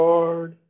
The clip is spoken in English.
Lord